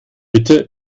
bitte